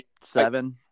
seven